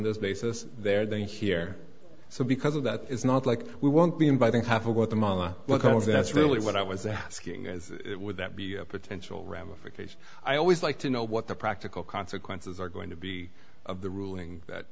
this basis there than here so because of that it's not like we won't be inviting half of what the mama cause that's really what i was asking as would that be a potential ramifications i always like to know what the practical consequences are going to be of the ruling